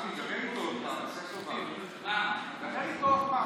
דבר איתו עוד פעם, עשה טובה.